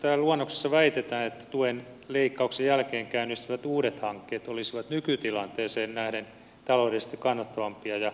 luonnoksessa väitetään että tuen leikkauksen jälkeen käynnistyvät uudet hankkeet olisivat nykytilanteeseen nähden taloudellisesti kannattavampia ja vaikuttavampia